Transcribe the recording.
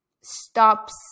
stops